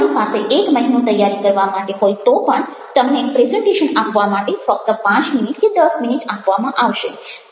તમારી પાસે એક મહિનો તૈયારી કરવા માટે હોય તો પણ તમને પ્રેઝન્ટેશન આપવા માટે ફક્ત પાંચ મિનિટ કે દસ મિનિટ આપવામાં આવશે